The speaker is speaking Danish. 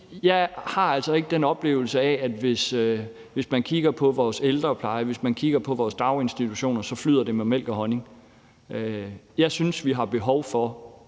jeg altså ikke har den oplevelse, at hvis man kigger på vores ældrepleje og vores daginstitutioner, flyder det med mælk og honning. Jeg synes, at vi har behov for